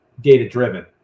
data-driven